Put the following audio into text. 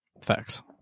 Facts